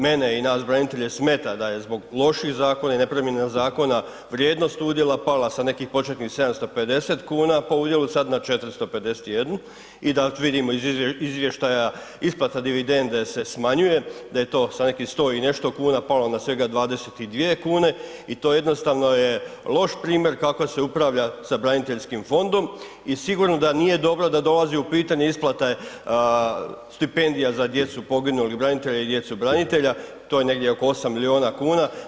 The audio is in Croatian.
Mene i nas branitelje smeta da je zbog loših zakona i neprimjena zakona vrijednost udjela pala sa nekih početnih 750 kuna po udjelu sad na 451 i da vidimo iz izvještaja isplata dividende se smanjuje da je to sa nekih 100 i nešto kuna palo na svega na 22 kune i to jednostavno je loš primjer kako se upravlja sa braniteljskim fondom i sigurno da nije dobro da dolazi u pitanje isplata stipendija za djecu poginulih branitelja i djecu branitelja, to je negdje oko 8 miliona kuna.